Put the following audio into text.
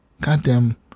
Goddamn